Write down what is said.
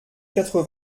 quatre